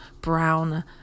brown